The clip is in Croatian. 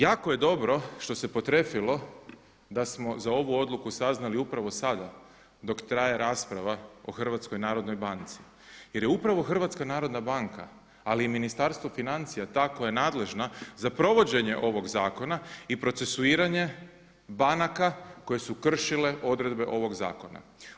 Jako je dobro što se potrefilo da smo za ovu odluku saznali upravo sada dok traje rasprava o HNB-u jer je upravo HNB ali i Ministarstvo financija ta koja je nadležna za provođenje ovog zakona i procesuiranja banaka koje su kršile odredbe ovog zakona.